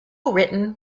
written